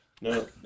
No